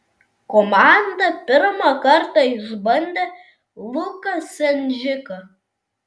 komanda pirmą kartą išbandė luką sendžiką